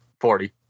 forty